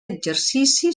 exercici